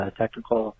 technical